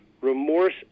remorse